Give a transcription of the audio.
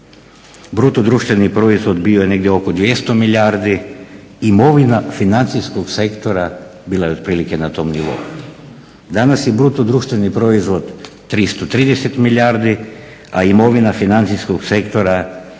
i završavam podacima BDP bio je negdje oko 200 milijardi, imovina financijskog sektora bila je otprilike na tom nivou. Danas je BDP 330 milijardi, a imovina financijskog sektora je